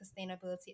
sustainability